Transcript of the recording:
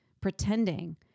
pretending